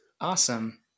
Awesome